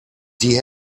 die